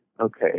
okay